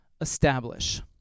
establish